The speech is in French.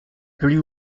plus